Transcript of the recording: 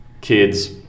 Kids